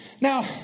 Now